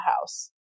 house